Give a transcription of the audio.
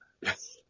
Yes